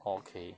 okay